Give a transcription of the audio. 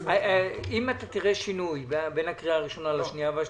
אם אתה תראה שינוי בין הקריאה הראשונה לשנייה והשלישית.